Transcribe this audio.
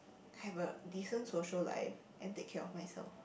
have a decent social life and take care of myself